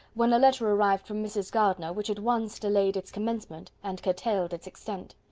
when a letter arrived from mrs. gardiner, which at once delayed its commencement and curtailed its extent.